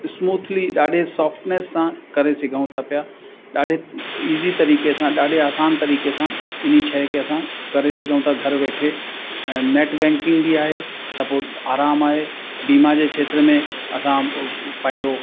smoothly ॾाढे softness सां करे सघूं था पिया ॾाढे इजी तरीक़े सां ॾाढे आसानु तरीक़े सां इन्ही शइ खे असां करे सघूं था घरु वेठे ऐं नैट बैंकिंग बि आहे त पोइ आराम आहे बीमा जे क्षेत्र में असां पंहिंजो